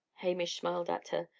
hamish smiled at her.